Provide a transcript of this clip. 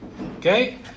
Okay